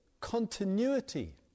continuity